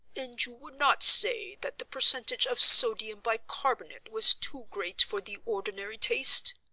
and you would not say that the percentage of sodium bicarbonate was too great for the ordinary taste?